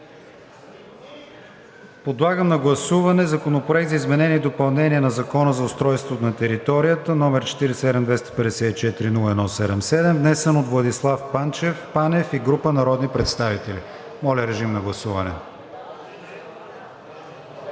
Подлагам на гласуване Законопроект за изменение и допълнение на Закона за устройство на територията, № 47 254 01 77, внесен от Владислав Панев и група народни представители. Сега ще получите